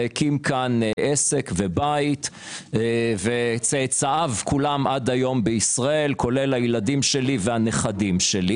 והקים פה עסק ובית וצאצאיו כולם עד היום בישראל כולל ילדיי ונכדיי.